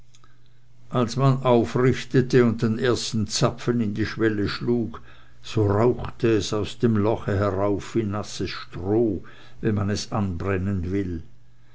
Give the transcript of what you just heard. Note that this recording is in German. als man aufrichtete und den ersten zapfen in die schwelle schlug so rauchte es aus dem loche herauf wie nasses stroh wenn man es anbrennen will